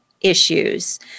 issues